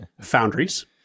Foundries